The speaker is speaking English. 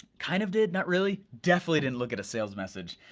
kind of did not really. definitely didn't look at a sales message.